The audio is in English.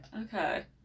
Okay